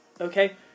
Okay